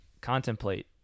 contemplate